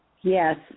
Yes